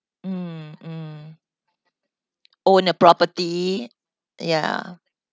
mm mm own a property ya